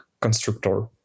constructor